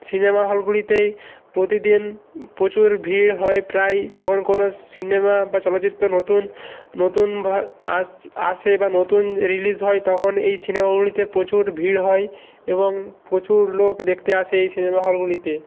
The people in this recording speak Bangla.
সিনেমা হলগুলিতেই প্রতিদিন প্রচুর ভিড় হয় প্রায় যখন কোনো সিনেমা বা চলচ্চিত্র নতুন নতুন বা আসে বা নতুন রিলিস হয় তখনই এই সিনেমাগুলিতে প্রচুর ভিড় হয় এবং প্রচুর লোক দেখতে আসে এই সিনেমা হলগুলিতে